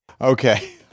Okay